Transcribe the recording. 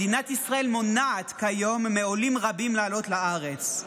מדינת ישראל מונעת כיום מעולים רבים לעלות לארץ.